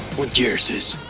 what year is this?